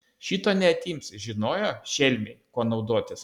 šito neatimsi žinojo šelmiai kuo naudotis